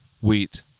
Wheat